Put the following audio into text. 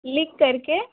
लिख कर के